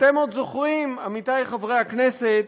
אתם עוד זוכרים, עמיתי חברי הכנסת,